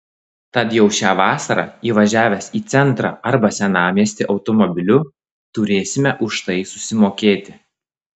tad jau šią vasarą įvažiavę į centrą arba senamiestį automobiliu turėsime už tai susimokėti